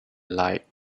liked